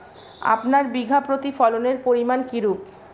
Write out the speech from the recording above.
আপনার বিঘা প্রতি ফলনের পরিমান কীরূপ?